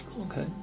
Okay